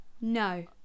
No